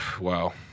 Wow